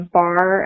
bar